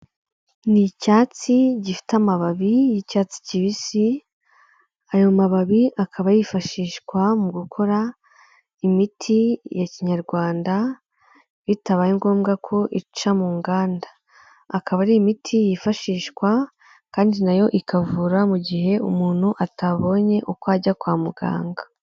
Ni icyatsi gifite amababi y'icyatsi kibisi, ayo mababi akaba yifashishwa mu gukora imiti ya kinyarwanda bitabaye ngombwa ko ica mu nganda, akaba ari imiti yifashishwa kandi nayo ikavura mu gihe umuntu atabonye uko ajya kwa muganga.